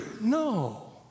No